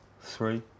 three